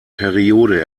periode